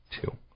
Two